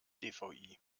dvi